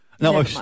No